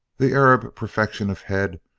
the arab perfection of head,